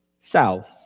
south